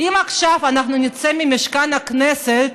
אם עכשיו אנחנו נצא ממשכן הכנסת